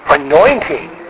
anointing